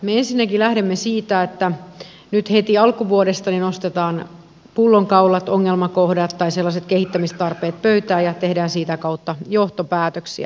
me ensinnäkin lähdemme siitä että nyt heti alkuvuodesta nostetaan pullonkaulat ongelmakohdat tai sellaiset kehittämistarpeet pöytään ja tehdään sitä kautta johtopäätöksiä